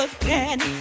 again